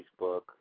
Facebook